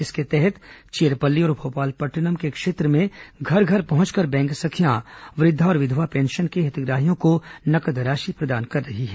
इसके तहत चेरपल्ली और भोपालपट्नम क्षेत्र में घर घर पहुंचकर बैंक सखियां वृद्धा और विधवा पेंशन के हितग्राहियों को नगद राशि प्रदान कर रही है